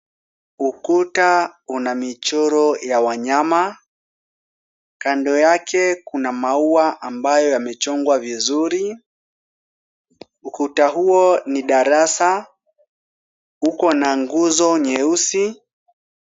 Ukuta una michoro ya wanyama. Kando yake kuna maua ambayo yamechongwa vizuri, ukuta huo ni darasa, uko na nguzo nyeusi.